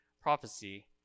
prophecy